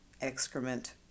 excrement